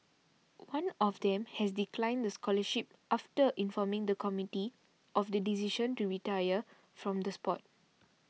one of them has declined the scholarship after informing the committee of the decision to retire from the sport